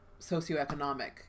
socioeconomic